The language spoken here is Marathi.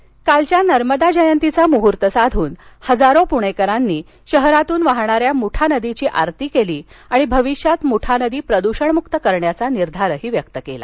मठा नदी आरती कालच्या नर्मदा जयंतीचा मुहूर्त साधून हजारो पुणेकरांनी शहरातून वाहणाऱ्या मुठा नदीची आरती केली आणि भविष्यात मुठा नदी प्रदृषणमुक्त करण्याचा निर्धार व्यक्त केला